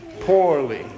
poorly